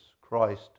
Christ